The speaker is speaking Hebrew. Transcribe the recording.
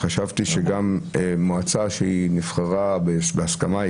חשבתי שגם מועצה שהיא נבחרה בהסכמה,